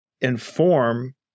inform